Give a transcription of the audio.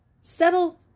settle